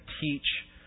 teach